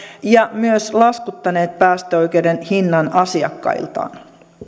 ja myös laskuttaneet päästöoikeuden hinnan asiakkailtaan